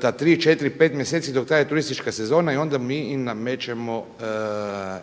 ta 3, 4, 5 mjeseci dok traje turistička sezona i onda mi im namećemo tu rentu